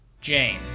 Jane